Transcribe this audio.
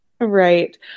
Right